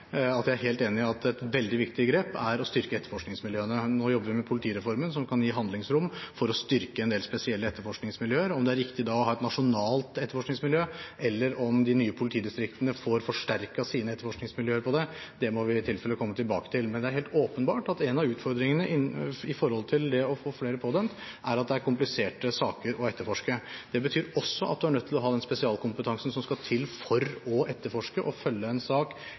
jobber vi med Politireformen, som kan gi handlingsrom for å styrke en del spesielle etterforskningsmiljøer. Om det er riktig å ha et nasjonalt etterforskningsmiljø, eller om de nye politidistriktene får forsterket sine etterforskningsmiljøer på det området, må vi i tilfelle komme tilbake til. Det er helt åpenbart at en av utfordringene med å få flere saker pådømt, er at dette er kompliserte saker å etterforske. Det betyr at man er nødt til å ha den spesialkompetansen som skal til for å etterforske og følge en sak